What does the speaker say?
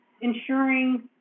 ensuring